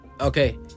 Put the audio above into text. Okay